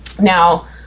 now